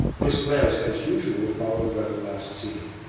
this was, as usual, followed by the last scene.